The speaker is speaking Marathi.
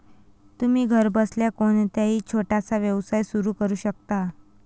तुम्ही घरबसल्या कोणताही छोटासा व्यवसाय सुरू करू शकता